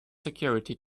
security